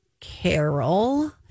Carol